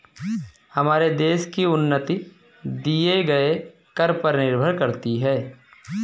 हमारे देश की उन्नति दिए गए कर पर निर्भर करती है